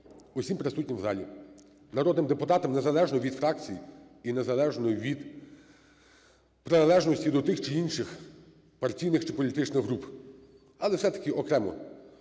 усім присутнім в залі народним депутатам, незалежно від фракцій і незалежно від приналежності до тих чи інших партійних чи політичних груп, але, все-таки, окремо